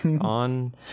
On